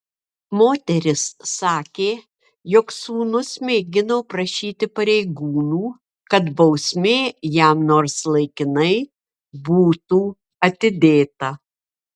moteris sakė jog sūnus mėgino prašyti pareigūnų kad bausmė jam nors laikinai būtų atidėta